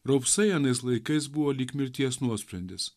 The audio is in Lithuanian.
raupsai anais laikais buvo lyg mirties nuosprendis